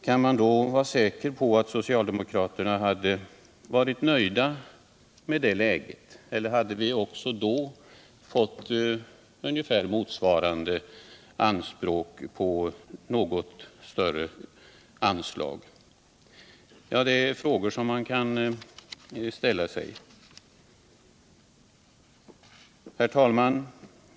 Kan man då vara säker på att socialdemokraterna hade varit nöjda med 53 detta, eller hade vi också då mött ungefär samma anspråk på större anslag? Det är frågor som man kan ställa sig. Herr talman!